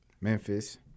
Memphis